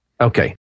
Okay